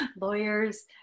lawyers